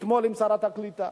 אתמול עם שרת הקליטה.